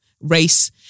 Race